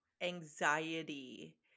anxiety